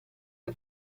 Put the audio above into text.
che